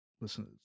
listen